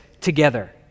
together